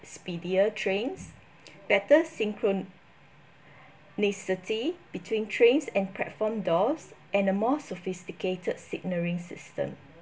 speedier trains better synchronicity between trains and platform doors and a more sophisticated signalling system